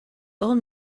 old